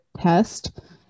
test